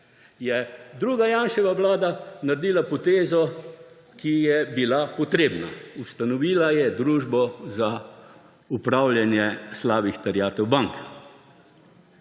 je druga Janševa vlada naredila potezo, ki je bila potrebna. Ustavila je družbo za upravljanje slabih terjatev bank.